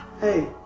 hey